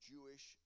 Jewish